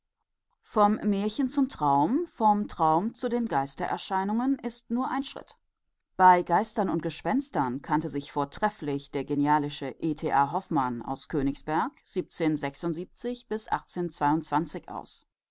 vom märchen zum traum vom traum zu den geistererscheinungen ist nur ein schritt bei geistern und gespenstern kannte sich vortrefflich der genialistische e th a hoffmann aus königsberg